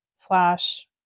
slash